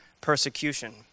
persecution